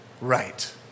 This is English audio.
Right